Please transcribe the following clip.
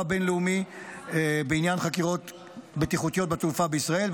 הבין-לאומי בעניין חקירות בטיחותיות בתעופה בישראל,